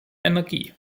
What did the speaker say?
energie